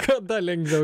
kada lengviau